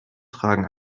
tragen